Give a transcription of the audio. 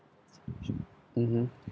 mmhmm